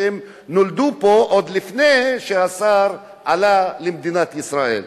שנולדו פה עוד לפני שהשר עלה למדינת ישראל?